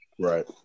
Right